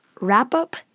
wrap-up